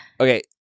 Okay